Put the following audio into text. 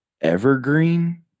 Evergreen